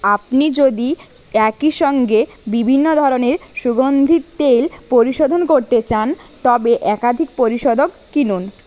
আপনি যদি একই সঙ্গে বিভিন্ন ধরনের সুগন্ধি তেল পরিশোধন করতে চান তবে একাধিক পরিশোধক কিনুন